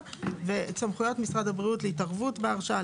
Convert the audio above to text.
ואת סמכויות משרד הבריאות להתערבות בהרשאה,